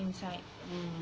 inside